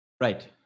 right